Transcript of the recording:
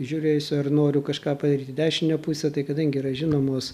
žiūrėsiu ar noriu kažką padaryti į dešinę pusę tai kadangi yra žinomos